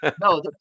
No